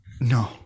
No